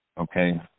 okay